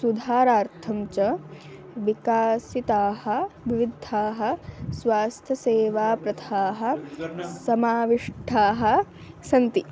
सुधारणार्थञ्च विकासिताः विविधाः स्वास्थ्यसेवाप्रथाः समाविष्टाः सन्ति